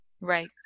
right